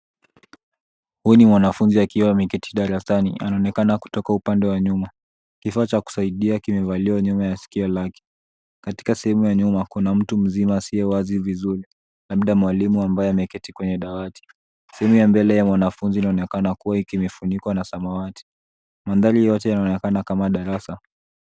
Huyu ni mwanafunzi akiwa ameketi darasani anaonekana kutoka upande wa nyuma kifaa cha kusaidia kimevaliwa nyuma ya sikio lake katika sehemu ya nyuma kuna mtu mzima asiyewazi vizuri labda mwalimu ambaye ameketi kwenye dawati sehemu ya mbele ya mwanafunzi inaonekana kua kimefunikwa na samawati mandhari yote yanaonekana kama darasa.